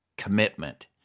Commitment